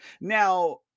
Now